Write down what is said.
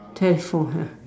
telephone ah